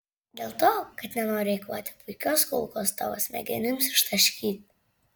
dėl to kad nenoriu eikvoti puikios kulkos tavo smegenims ištaškyti